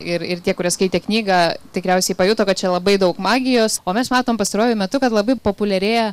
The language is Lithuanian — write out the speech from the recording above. ir ir tie kurie skaitė knygą tikriausiai pajuto kad čia labai daug magijos o mes matom pastaruoju metu kad labai populiarėja